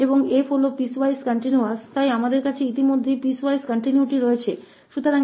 और 𝑓 piecewise continuous है इसलिए हमारे पास पहले से ही कीपीसवाइज कंटीन्यूअसता है और 𝑡 वैसे भी निरंतर है